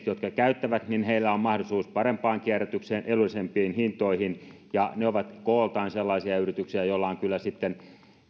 jotka käyttävät on mahdollisuus parempaan kierrätykseen edullisempiin hintoihin ja ne ovat kooltaan sellaisia yrityksiä joilla on kyllä sitten